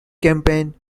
campaign